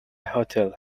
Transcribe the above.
hotel